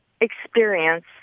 experience